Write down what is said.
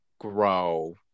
grow